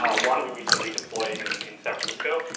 ah one we recently deployed in in san francisco.